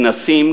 כנסים,